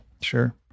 sure